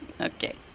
okay